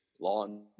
law